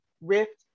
rift